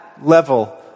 Level